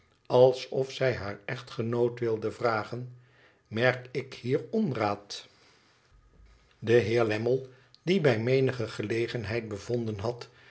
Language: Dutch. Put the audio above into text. alsof zij haar echtgenoot wilde vragen merk ik hier onraad de heer lammie die bij menige gelegenheid bevonden had